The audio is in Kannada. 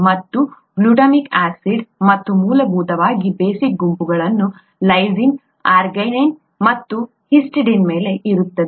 ಮತ್ತು ಗ್ಲುಟಾಮಿಕ್ ಆಸಿಡ್ ಮತ್ತು ಮೂಲಭೂತವಾಗಿ ಬೇಸಿಕ್ ಗುಂಪುಗಳು ಲೈಸಿನ್ ಅರ್ಜಿನೈನ್ ಮತ್ತು ಹಿಸ್ಟಿಡಿನ್ ಮೇಲೆ ಇರುತ್ತವೆ